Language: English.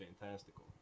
fantastical